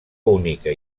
única